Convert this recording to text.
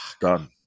Done